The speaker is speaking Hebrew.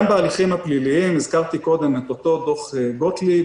גם בהליכים הפליליים הזכרתי קודם את אותו דוח גוטליב